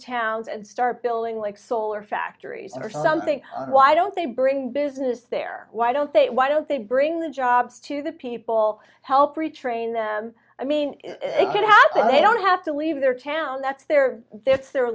towns and start building like solar factories or something why don't they bring business there why don't they why don't they bring the jobs to the people help retrain them i mean it could happen they don't have to leave their town that's their this their